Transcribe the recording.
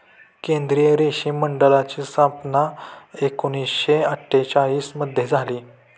केंद्रीय रेशीम मंडळाची स्थापना एकूणशे अट्ठेचालिश मध्ये झाली